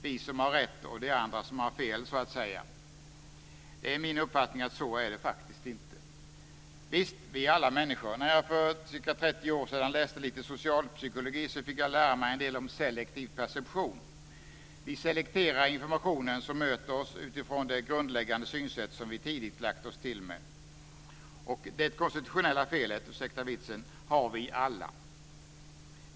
Det är vi som har rätt och de andra som har fel, så att säga. Det är min uppfattning att så är det faktiskt inte. Visst, vi är alla människor. När jag för ca 30 år sedan läste lite socialpsykologi så fick jag lära mig en del om selektiv perception. Vi selekterar informationen som möter oss utifrån det grundläggande synsätt som vi tidigt lagt oss till med. Och det konstitutionella felet - ursäkta vitsen - har vi alla.